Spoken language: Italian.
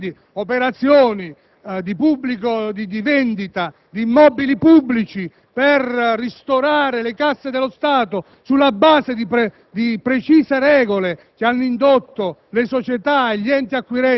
di transazioni nell'ambito delle procedure delle famose SCIP (operazioni di vendita di immobili pubblici per ristorare le casse dello Stato sulla base di precise